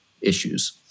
issues